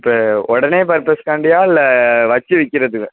இப்போ உடனே பர்பஸ்காண்டியா இல்லை வச்சு விற்கிறதுக்கா